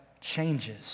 changes